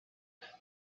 and